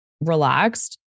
relaxed